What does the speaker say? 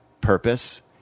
purpose